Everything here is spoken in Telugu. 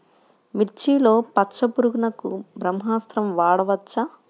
మిర్చిలో పచ్చ పురుగునకు బ్రహ్మాస్త్రం వాడవచ్చా?